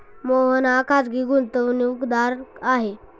मोहन हा खाजगी गुंतवणूकदार आहे